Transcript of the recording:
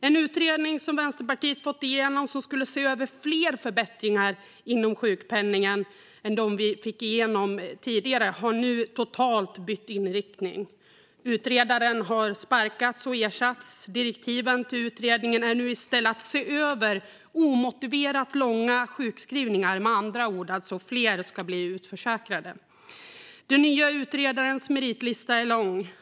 En utredning som Vänsterpartiet fått igenom om att se över fler förbättringar inom sjukpenningen än dem vi fick igenom tidigare har nu totalt bytt inriktning. Utredaren har sparkats och ersatts. Direktiven till utredningen handlar nu i stället om att se över omotiverat långa sjukskrivningar. Med andra ord ska fler bli utförsäkrade. Den nya utredarens meritlista är lång.